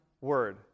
word